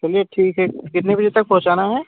चलिए ठीक है कितने बजे तक पहुँचाना है